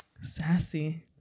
Sassy